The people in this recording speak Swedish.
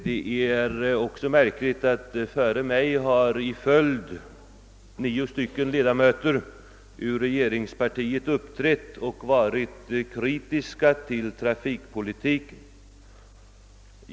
Det är också märkligt att före mig nio ledamöter från regeringspartiet i följd har riktat kritik mot trafikpolitiken.